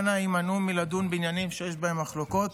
אנא הימנעו מלדון בעניינים שיש בהם מחלוקות,